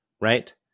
right